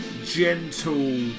gentle